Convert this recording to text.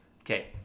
Okay